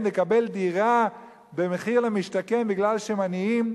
לקבל דירה במחיר למשתכן בגלל שהם עניים,